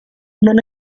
non